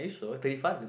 are you sure thirty five